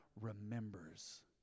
remembers